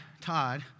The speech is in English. Todd